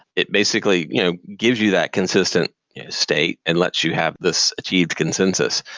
it basically you know gives you that consistent state and lets you have this achieved consensus.